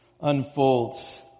unfolds